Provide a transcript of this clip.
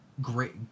great